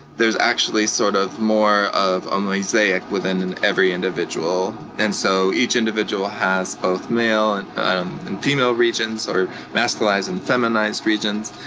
there's actually sort of more of a mosaic within and every individual. and so, each individual has both male and female regions, or masculinized or and feminized regions.